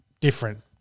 different